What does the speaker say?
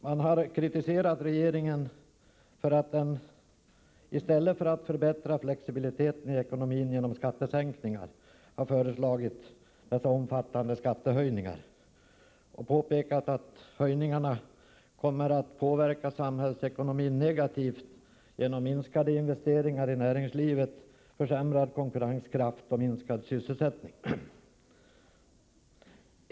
Man har kritiserat regeringen för att den, i stället för att förbättra flexibiliteten i ekonomin genom skattesänkningar, har föreslagit dessa omfattande skattehöjningar, och man har påpekat att höjningarna kommer att påverka samhällsekonomin negativt genom minskade investeringar i näringslivet, försämrad konkurrenskraft och minskad sysselsättning.